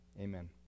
Amen